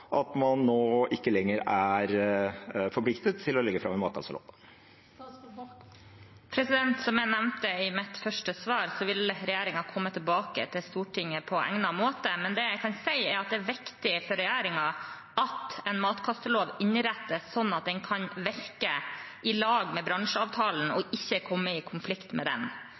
at man nå ikke lenger er forpliktet til å legge fram en matkastelov? Som jeg nevnte i mitt første svar, vil regjeringen komme tilbake til Stortinget på egnet måte. Men det jeg kan si, er at det er viktig for regjeringen at en matkastelov innrettes sånn at den kan virke i lag med bransjeavtalen og ikke kommer i konflikt med den.